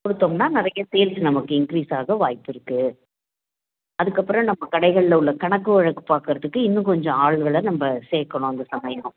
கொடுத்தோம்னா நிறைய சேல்ஸு நமக்கு இன்க்ரீஸ் ஆக வாய்ப்பிருக்கு அதுக்கப்பறம் நம்ம கடைகளில் உள்ள கணக்கு வழக்கு பார்க்கறதுக்கு இன்னும் கொஞ்சம் ஆளுகளை நம்ப சேர்க்கணும் அந்த சமயம்